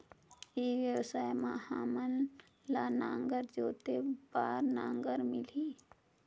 ई व्यवसाय मां हामन ला नागर जोते बार नागर मिलही?